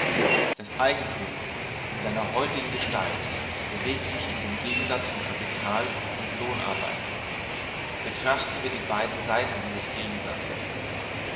das eigentum in seiner heutigen gestalt bewegt sich in dem gegensatz von kapital und lohnarbeit betrachten wir die beiden seiten dieses gegensatzes